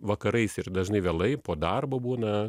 vakarais ir dažnai vėlai po darbo būna